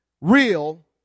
real